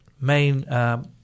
main –